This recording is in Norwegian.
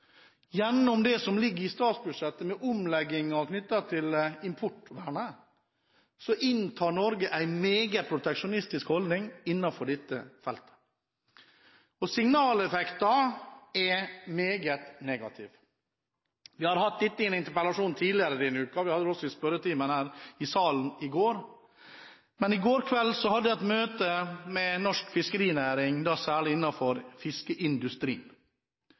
Gjennom det som ligger i statsbudsjettet, med omleggingen knyttet til importvernet, inntar Norge en meget proteksjonistisk holdning innenfor dette feltet. Signaleffekten er meget negativ. Vi har hatt dette oppe i en interpellasjon tidligere denne uken, og vi hadde det også oppe i spørretimen her i salen i går. I går kveld hadde jeg et møte med norsk fiskerinæring, særlig innenfor fiskeindustrien,